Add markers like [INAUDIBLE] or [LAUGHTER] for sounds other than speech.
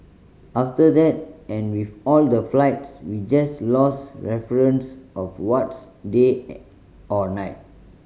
after that and with all the flights we just lost reference of what's day [UNINTELLIGIBLE] or night